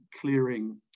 clearing